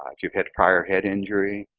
if you had prior head injury,